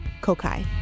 kokai